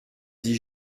dit